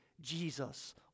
Jesus